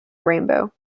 rainbow